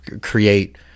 create